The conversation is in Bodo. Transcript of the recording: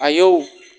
आयौ